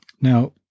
Now